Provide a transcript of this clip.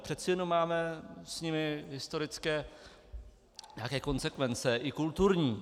Přece jenom máme s nimi historické konsekvence, i kulturní.